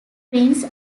prince